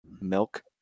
milk